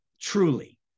truly